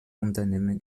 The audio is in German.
unternehmen